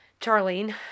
Charlene